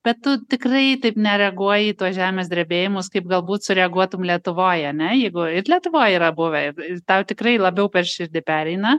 bet tu tikrai taip nereaguoji į tuos žemės drebėjimus kaip galbūt sureaguotum lietuvoj ane jeigu it lietuvoj yra buvę ir tau tikrai labiau per širdį pereina